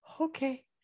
okay